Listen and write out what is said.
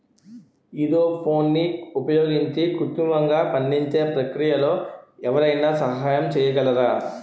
ఈథెఫోన్ని ఉపయోగించి కృత్రిమంగా పండించే ప్రక్రియలో ఎవరైనా సహాయం చేయగలరా?